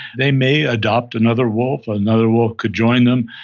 they may adopt another wolf, another wolf could join them,